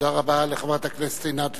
תודה רבה לחברת הכנסת עינת וילף.